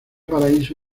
paraíso